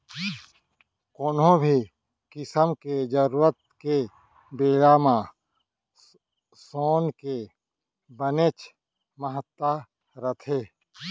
कोनो भी किसम के जरूरत के बेरा म सोन के बनेच महत्ता रथे